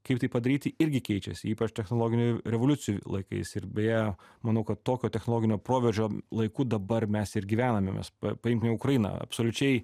kaip tai padaryti irgi keičiasi ypač technologinių revoliucijų laikais ir beje manau kad tokio technologinio proveržio laiku dabar mes ir gyvename mes paimkime ukrainą absoliučiai